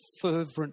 fervent